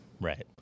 right